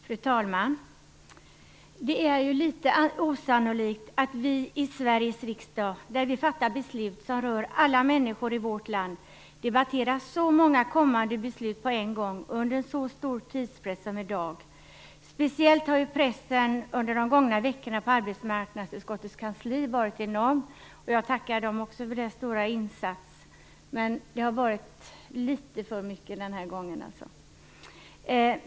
Fru talman! Det är litet osannolikt att vi i Sveriges riksdag, där vi fattar beslut som rör alla människor i vårt land, debatterar så många kommande beslut på en gång under så stor tidspress som i dag. Pressen varit enorm speciellt på arbetsmarknadsutskottets kansli de gångna veckorna. Jag tackar också kansliet för dess stora insats. Det har varit litet för mycket denna gång.